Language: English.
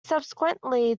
subsequently